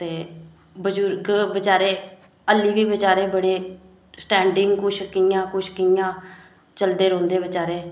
ते बुजुर्ग बचारे हल्ली बी बचारे बड़े स्टैंडिंग कुछ कि'यां कुछ कि'यां चलदे रौहंदे बचारे